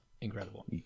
incredible